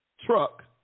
truck